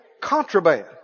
contraband